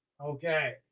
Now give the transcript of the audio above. Okay